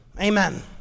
Amen